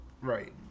Right